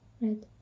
red